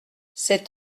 cet